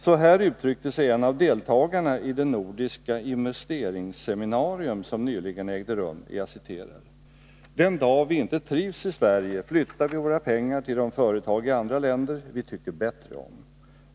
Så här uttryckte sig en av deltagarna i det nordiska investeringsseminarium som nyligen ägde rum: ”Den dag vi inte trivs i Sverige flyttar vi våra pengar - Nr 157 till de företag i andra länder vi tycker bättre om.